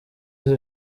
izo